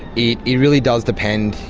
it it really does depend,